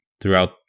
throughout